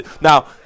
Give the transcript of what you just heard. Now